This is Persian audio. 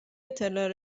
اطلاع